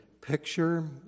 picture